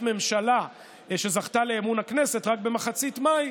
ממשלה שזכתה לאמון הכנסת רק במחצית מאי,